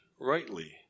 rightly